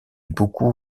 beaucoup